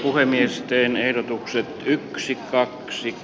puhemies teen ehdotuksen yksi kaksi